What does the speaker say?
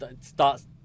starts